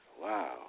Wow